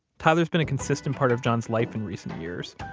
tyler's been a consistent part of john's life in recent years.